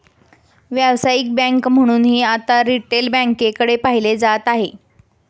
व्यावसायिक बँक म्हणूनही आता रिटेल बँकेकडे पाहिलं जात आहे